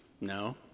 No